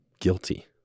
guilty